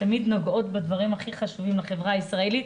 תמיד הן נוגעות בדברים הכי חשובים בחברה הישראלית,